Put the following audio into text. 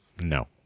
No